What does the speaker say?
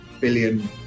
billion